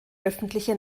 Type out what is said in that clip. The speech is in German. öffentliche